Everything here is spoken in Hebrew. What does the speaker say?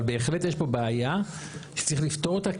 אבל בהחלט יש פה בעיה שצריך לפתור אותה.